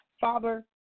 Father